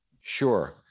Sure